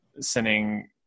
sending